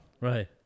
Right